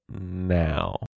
now